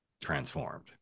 transformed